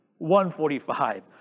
145